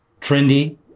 trendy